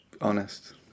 honest